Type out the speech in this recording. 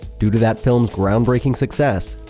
due to that film's groundbreaking success,